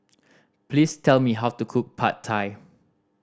please tell me how to cook Pad Thai